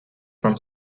from